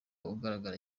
ugaragara